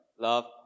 Love